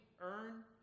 earn